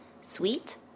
sweet